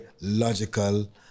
logical